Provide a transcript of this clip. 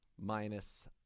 minus